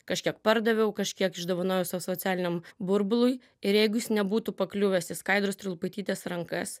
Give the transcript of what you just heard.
kažkiek pardaviau kažkiek išdovanojau savo socialiniam burbului ir jeigu jis nebūtų pakliuvęs į skaidros trilupaitytės rankas